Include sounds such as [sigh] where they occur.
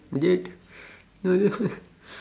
is it [laughs]